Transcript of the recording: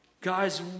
Guys